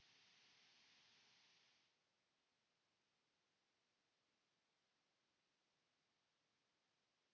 Kiitos.